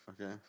Okay